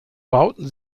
bauten